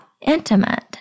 intimate